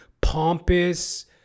pompous